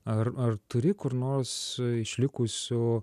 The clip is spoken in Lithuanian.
ar ar turi kur nors išlikusių